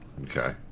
Okay